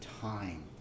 time